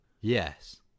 Yes